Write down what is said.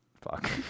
Fuck